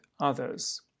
others